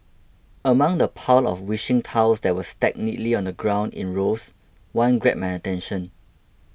among the pile of wishing tiles that were stacked neatly on the ground in rows one grabbed my attention